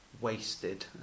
wasted